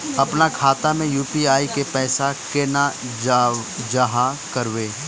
अपना खाता में यू.पी.आई के पैसा केना जाहा करबे?